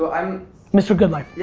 but i'm mr. good life.